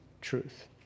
truth